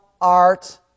art